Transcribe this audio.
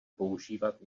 používat